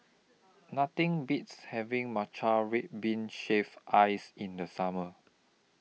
Nothing Beats having Matcha Red Bean Shaved Ice in The Summer